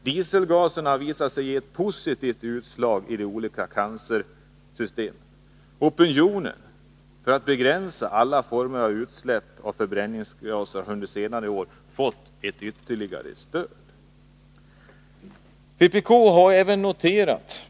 Dieselavgaserna har visat sig ge ”positivt utslag” i olika cancertestsystem. Opinionen för att begränsa alla former av utsläpp av förbränningsgaser har under senare år fått ytterligare stöd.